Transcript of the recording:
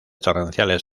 torrenciales